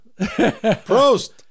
Prost